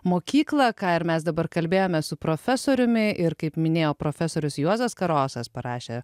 mokyklą ką ir mes dabar kalbėjome su profesoriumi ir kaip minėjo profesorius juozas karosas parašė